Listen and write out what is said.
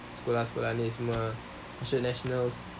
sekolah-sekolah ni semua masuk nationals